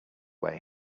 where